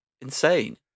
insane